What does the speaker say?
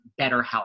BetterHelp